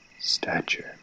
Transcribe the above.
stature